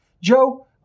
Joe